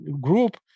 group